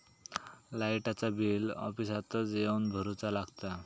लाईटाचा बिल ऑफिसातच येवन भरुचा लागता?